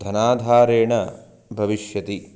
धनाधारेण भविष्यति